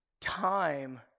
time